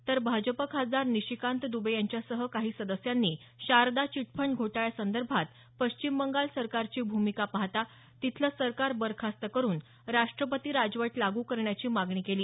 तर भाजप खासदार निशीकांत दुबे यांच्यासह काही सदस्यांनी शारदा चिटफंड घोटाळ्यासंदर्भात पश्चिम बंगाल सरकारची भूमिका पाहता तिथलं सरकार बरखास्त करून राष्ट्रपती राजवट लागू करण्याची मागणी केली